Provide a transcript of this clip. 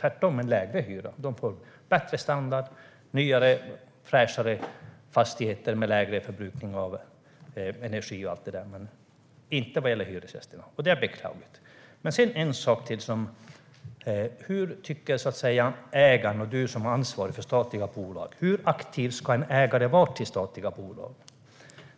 tvärtom får lägre hyra, får bättre standard, nyare och fräschare fastigheter med lägre förbrukning av energi och annat? Det gäller inte hyresgästerna, och det är beklagligt. En sak till: Vad tycker ägaren och du som har ansvaret för statliga bolag, Mikael Damberg? Hur aktiv ska en ägare till statliga bolag vara?